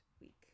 week